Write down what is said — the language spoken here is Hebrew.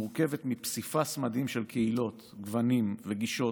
מורכבת מפסיפס מדהים של קהילות, גוונים וגישות.